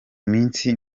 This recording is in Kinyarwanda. minsi